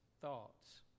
thoughts